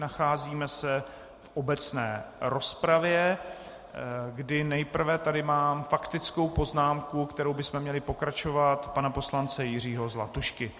Nacházíme se v obecné rozpravě, kdy nejprve tady mám faktickou poznámku, kterou bychom měli pokračovat, pana Jiřího Zlatušky.